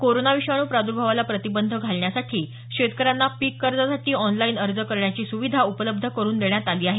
corona विषाणू प्रादुर्भावाला प्रतिबंध घालण्यासाठी शेतकऱ्यांना पीक कर्जासाठी ऑनलाईन अर्ज करण्याची सुविधा उपलब्ध करून देण्यात आली आहे